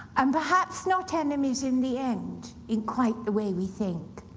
um perhaps not enemies in the end, in quite the way we think.